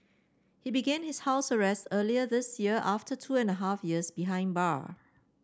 he began his house arrest earlier this year after two and a half years behind bar